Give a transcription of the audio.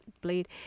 bleed